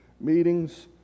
meetings